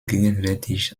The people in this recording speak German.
gegenwärtig